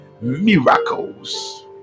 miracles